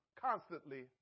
constantly